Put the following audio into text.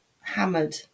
hammered